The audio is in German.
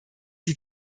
die